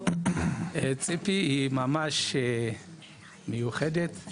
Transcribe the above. ציפי היא ממש מיוחדת,